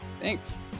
Thanks